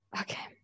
Okay